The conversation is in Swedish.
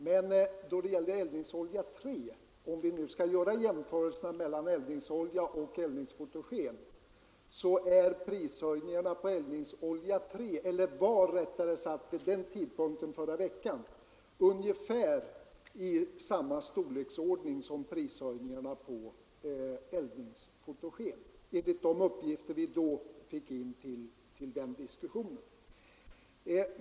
Men om vi nu skall göra jämförelser mellan prishöjningarna på eldningsoljor och eldningsfotogen vill jag påpeka att prishöjningen på eldningsolja 3 vid den tidpunkten i förra veckan var av ungefär samma storleksordning som prishöjningarna på eldningsfotogen, enligt de uppgifter som vi fick in till den diskussionen.